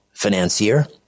financier